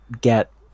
get